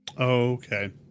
Okay